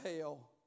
hell